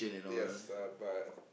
yes uh but